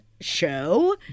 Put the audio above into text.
show